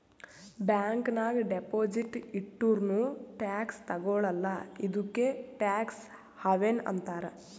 bank ನಾಗ್ deposit ಇಟ್ಟುರ್ನೂ tax ತಗೊಳಲ್ಲ ಇದ್ದುಕೆ ಟ್ಯಾಕ್ಸ್ ಹವೆನ್ ಅಂತಾರ್